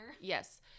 yes